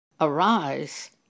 Arise